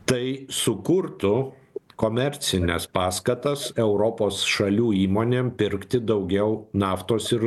tai sukurtų komercines paskatas europos šalių įmonėm pirkti daugiau naftos ir